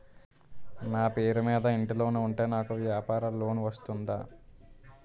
నా పేరు మీద ఇంటి లోన్ ఉంటే నాకు వ్యాపార లోన్ వస్తుందా?